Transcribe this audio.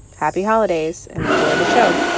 happy holidays, and enjoy the show